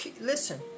Listen